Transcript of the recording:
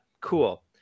Cool